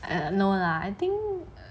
err no lah I think